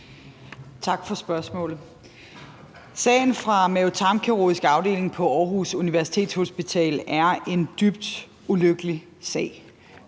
Tak for spørgsmålet. Sagen fra mave-tarm-kirurgisk afdeling på Aarhus Universitetshospital er en dybt ulykkelig sag.